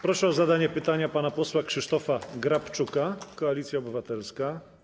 Proszę o zadanie pytania pana posła Krzysztofa Grabczuka, Koalicja Obywatelska.